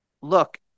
look